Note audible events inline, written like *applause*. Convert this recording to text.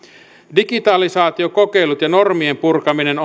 digitalisaatiokokeilut ja normien purkaminen *unintelligible*